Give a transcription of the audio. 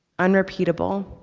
unrepeatable,